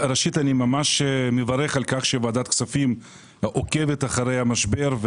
אני מברך על כך שוועדת הכספים עוקבת אחרי המשבר,